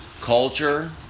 culture